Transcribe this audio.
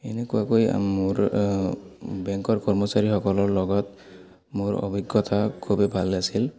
এনেকুৱাকৈ মোৰ বেংকৰ কৰ্মচাৰীসকলৰ লগত মোৰ অভিজ্ঞতা খুবেই ভাল আছিল